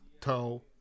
toe